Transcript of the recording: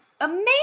Amazing